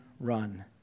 run